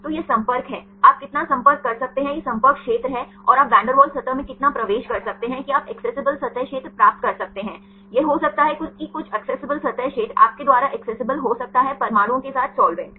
तो यह संपर्क है आप कितना संपर्क कर सकते हैं यह संपर्क क्षेत्र है और आप वैन डेर वाल्स सतह में कितना प्रवेश कर सकते हैं कि आप एक्सेसिबल सतह क्षेत्र प्राप्त कर सकते हैं यह हो सकता है कि कुछ एक्सेसिबल सतह क्षेत्र आपके द्वारा एक्सेसिबल हो सकता है परमाणुओं के साथ साल्वेंट